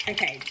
Okay